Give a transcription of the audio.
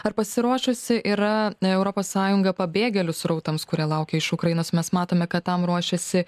ar pasiruošusi yra europos sąjunga pabėgėlių srautams kurie laukia iš ukrainos mes matome kad tam ruošiasi